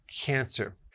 cancer